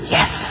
Yes